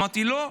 אמרתי: לא,